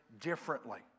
differently